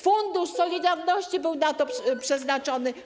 Fundusz Solidarnościowy był na to przeznaczony.